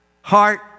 heart